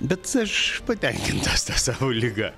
bet aš patenkintas savo liga